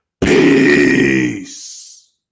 Peace